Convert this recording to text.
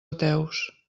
ateus